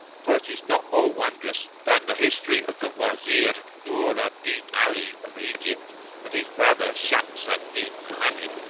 for it is not more wondrous than the history of the wazir nur al-din ali of egypt and his brother shams al-din mohammed.